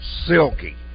silky